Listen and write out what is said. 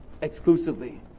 Exclusively